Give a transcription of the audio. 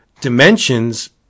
dimensions